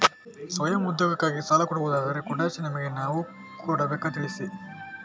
ಸ್ವಯಂ ಉದ್ಯೋಗಕ್ಕಾಗಿ ಸಾಲ ಕೊಡುವುದಾದರೆ ಕೊಟೇಶನ್ ನಿಮಗೆ ನಾವು ಕೊಡಬೇಕಾ ತಿಳಿಸಿ?